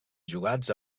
jugats